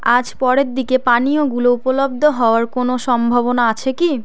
আজ পরের দিকে পানীয়গুলো উপলব্ধ হওয়ার কোনো সম্ভাবনা আছে কি